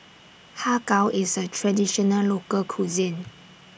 Har Kow IS A Traditional Local Cuisine